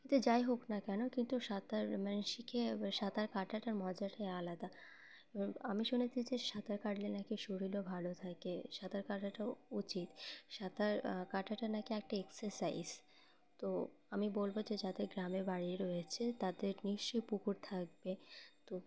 সে যাই হোক না কেন কিন্তু সাঁতার মানে শিখে সাঁতার কাটাটা মজাটাই আলাদা আমি শুনেছি যে সাঁতার কাটলে নাকি শরীরও ভালো থাকে সাঁতার কাটাটাও উচিত সাঁতার কাটাটা নাকি একটা এক্সারসাইজ তো আমি বলবো যে যাদের গ্রামে বাড়ি রয়েছে তাদের নিশ্চয়ই পুকুর থাকবে তো